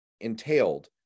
entailed